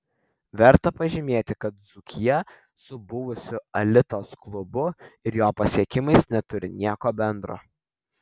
verta pažymėti kad dzūkija su buvusiu alitos klubu ir jo pasiekimais neturi nieko bendro